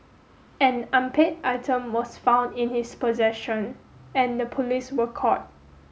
an unpaid item was found in his possession and the police were called